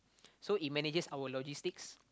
so it manages our logistics